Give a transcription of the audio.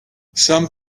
some